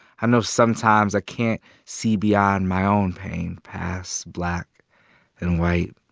i know sometimes i can't see beyond my own pain, past black and white,